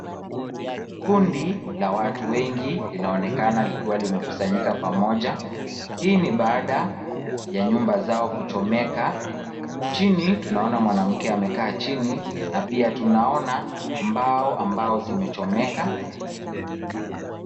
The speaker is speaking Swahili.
Kundi la watu wengi linaonekana likiwa limekusanyika pamoja, hii ni baada ya nyumba zao kuchomeka. Chini tunaona mwanamke amekaa chini na pia tunaona mbao ambao zimechomeka.